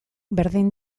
berdin